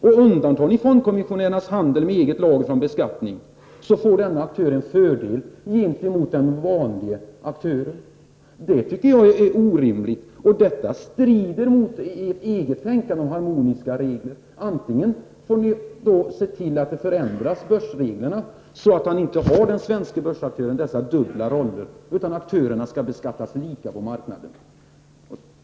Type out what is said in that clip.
Om ni undantar fondkommissionärernas handel med eget lag från beskattning, får denne aktör en fördel gentemot den vanlige aktören. Jag tycker detta är orimligt, och det strider mot ert eget tänkande om en harmonisering av reglerna. Ni får då lov att se till att börsreglerna förändras så att den svenske börsaktören inte har dessa dubbla roller, utan aktörerna i stället beskattas lika på marknaden.